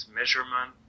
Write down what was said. measurement